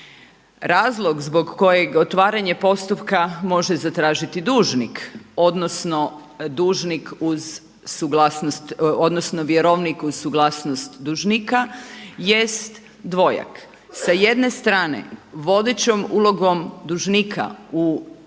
Razlog zbog kojeg otvaranje postupka može zatražiti dužnik, odnosno dužnik uz suglasnost, odnosno vjerovnik uz suglasnost dužnika jest dvojak. Sa jedne strane vodećom ulogom dužnika u